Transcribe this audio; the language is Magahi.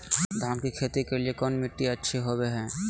धान की खेती के लिए कौन मिट्टी अच्छा होबो है?